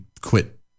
quit